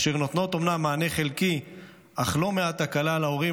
אשר נותנות אומנם מענה חלקי אך לא מעט הקלה להורים